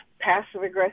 passive-aggressive